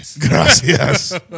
Gracias